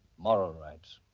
moral rights.